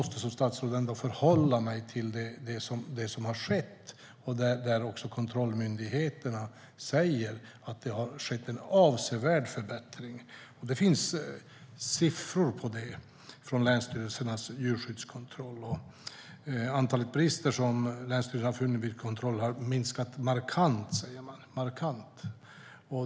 Som statsråd måste jag förhålla mig till det som har skett, och kontrollmyndigheterna säger att det har skett en avsevärd förbättring. Det visar siffror från länsstyrelsernas djurskyddskontroll. Antalet brister som länsstyrelserna har funnit vid kontroller har minskat markant, säger man.